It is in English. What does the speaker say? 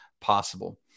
possible